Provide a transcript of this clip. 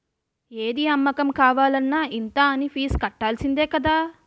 ఏది అమ్మకం కావాలన్న ఇంత అనీ ఫీజు కట్టాల్సిందే కదా